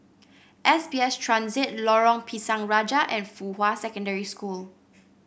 S B S Transit Lorong Pisang Raja and Fuhua Secondary School